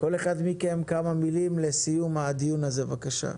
כל אחד מכם כמה מילים לסיום הדיון הזה, בבקשה.